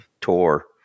tour